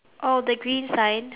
oh the green sign